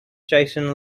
jason